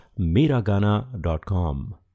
MiraGana.com